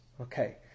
Okay